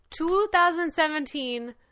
2017